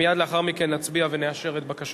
מייד לאחר מכן נצביע ונאשר את בקשתך.